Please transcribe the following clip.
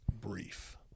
brief